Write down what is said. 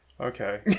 Okay